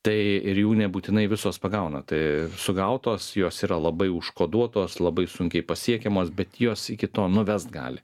tai ir jų nebūtinai visos pagauna tai sugautos jos yra labai užkoduotos labai sunkiai pasiekiamos bet jos iki to nuvest gali